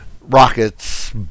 rockets